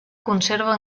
conserva